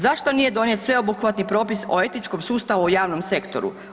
Zašto nije donijet sveobuhvatni propis o etičkom sustavu u javnom sektoru?